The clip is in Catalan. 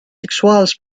sexuals